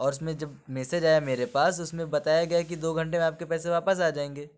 اور اُس میں جب میسیج آیا میرے پاس اُس میں بتایا گیا کہ دو گھنٹے میں آپ کے پیسے واپس آجائیں گے